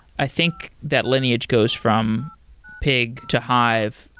i think that lineage goes from pig to hive.